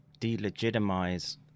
delegitimize